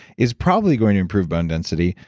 is probably going to improve bone density.